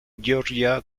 georgia